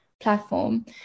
platform